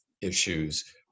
issues